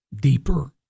deeper